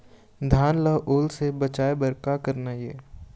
धान ला ओल से बचाए बर का करना ये?